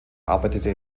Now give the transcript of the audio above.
arbeitete